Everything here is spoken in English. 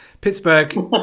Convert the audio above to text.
Pittsburgh